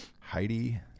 Heidi